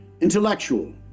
intellectual